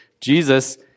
Jesus